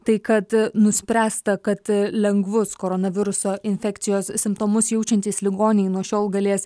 tai kad nuspręsta kad lengvus koronaviruso infekcijos simptomus jaučiantys ligoniai nuo šiol galės